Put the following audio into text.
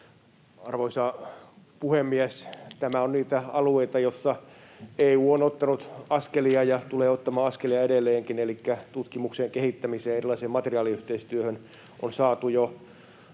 Arvoisa puhemies! Tämä on niitä alueita, joissa EU on ottanut askelia ja tulee ottamaan askelia edelleenkin, elikkä tutkimukseen, kehittämiseen, erilaiseen materiaaliyhteistyöhön on saatu jo